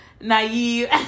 naive